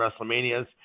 WrestleManias